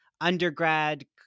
undergrad